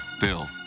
Bill